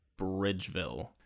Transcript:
Bridgeville